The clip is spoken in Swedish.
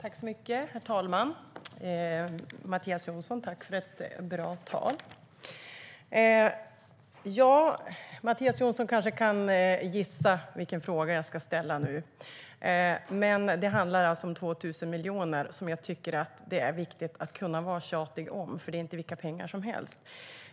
Herr talman! Tack, Mattias Jonsson, för ett bra tal! Mattias Jonsson kanske kan gissa vilken fråga jag ska ställa nu. Det handlar alltså om 2 000 miljoner, som jag tycker att det är viktigt att kunna vara tjatig om, för det är inte vilka pengar som helst.